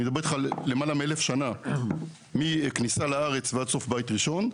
אני מדבר איתך על למעלה מאלף שנים מכניסה לארץ ועד סוף בית ראשון,